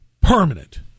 permanent